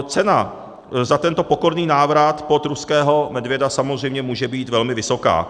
Cena za tento pokorný návrat pod ruského medvěda samozřejmě může být velmi vysoká.